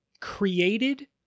created